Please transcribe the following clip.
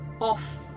off